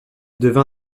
devint